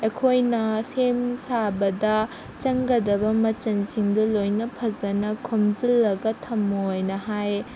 ꯑꯩꯈꯣꯏꯅ ꯁꯦꯝ ꯁꯥꯕꯗ ꯆꯪꯒꯗꯕ ꯃꯆꯜꯁꯤꯡꯗꯣ ꯂꯣꯏꯅ ꯐꯖꯅ ꯈꯣꯝꯖꯤꯜꯂꯒ ꯊꯝꯃꯣ ꯑꯅ ꯍꯥꯏ